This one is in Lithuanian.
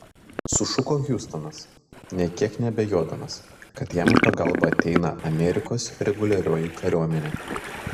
sušuko hiustonas nė kiek neabejodamas kad jam į pagalbą ateina amerikos reguliarioji kariuomenė